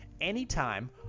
Anytime